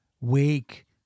wake